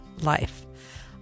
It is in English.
life